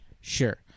Sure